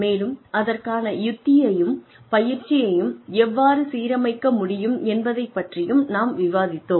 மேலும் அதற்கான யுக்தியையும் பயிற்சியையும் எவ்வாறு சீரமைக்க முடியும் என்பதைப் பற்றியும் நாம் விவாதித்தோம்